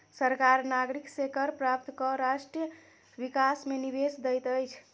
सरकार नागरिक से कर प्राप्त कय राष्ट्र विकास मे निवेश दैत अछि